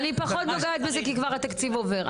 אני פחות נוגעת בזה כי כבר התקציב עובר,